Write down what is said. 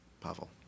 Pavel